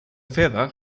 feather